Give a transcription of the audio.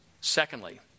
Secondly